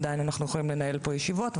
אנחנו עדיין יכולים לנהל פה ישיבות,